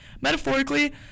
metaphorically